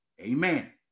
Amen